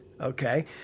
Okay